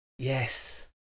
Yes